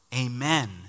Amen